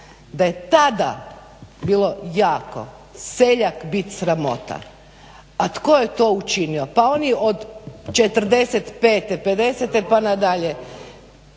da je tada bilo jako seljak biti sramota. A tko je to učinio? Pa oni od '45., '50. pa nadalje.